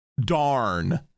darn